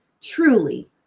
Truly